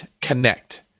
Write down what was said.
connect